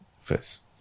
first